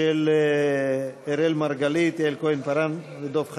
של אראל מרגלית, יעל כהן-פארן ודב חנין,